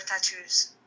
tattoos